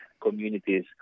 communities